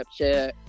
Snapchat